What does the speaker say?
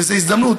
וזאת הזדמנות.